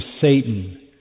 Satan